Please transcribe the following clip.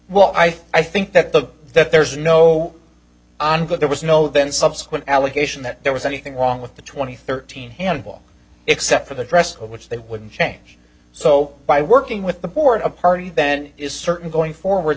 will i think that the that there is no on but there was no then subsequent allegation that there was anything wrong with the two thousand and thirteen handball except for the dress code which they wouldn't change so by working with the board a party then is certain going forward